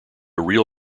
real